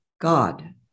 god